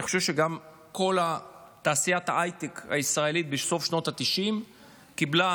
אני חושב שגם כל תעשיית ההייטק הישראלית בסוף שנות התשעים קיבלה